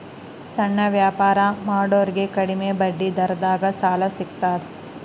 ಸಣ್ಣ ವ್ಯಾಪಾರ ಮಾಡೋರಿಗೆ ಕಡಿಮಿ ಬಡ್ಡಿ ದರದಾಗ್ ಸಾಲಾ ಸಿಗ್ತದಾ?